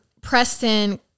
Preston